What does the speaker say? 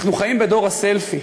אנחנו חיים בדור הסלפי,